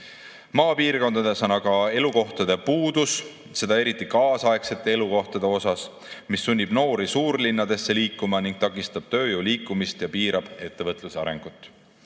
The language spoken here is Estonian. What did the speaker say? Maapiirkondades on aga elukohtade puudus, seda eriti kaasaegsete elukohtade osas. See sunnib noori suurlinnadesse liikuma ning takistab tööjõu liikumist ja piirab ettevõtluse arengut.